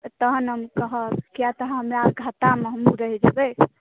तहन हम कहब किएकि हमरा घाटामे हमहुँ रहि जेबै